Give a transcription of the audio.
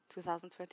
2020